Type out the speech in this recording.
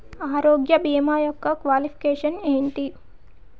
ఆరోగ్య భీమా యెక్క క్వాలిఫికేషన్ ఎంటి?